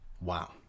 wow